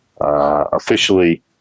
officially